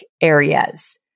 areas